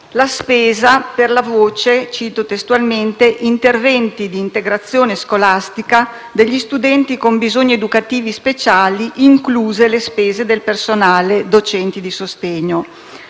la spesa per gli "Interventi di integrazione scolastica degli studenti con bisogni educativi speciali incluse le spese del personale (docenti di sostegno)"